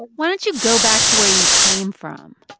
why don't you go back to where you came from?